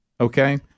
okay